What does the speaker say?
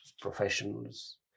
professionals